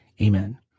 Amen